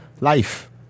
life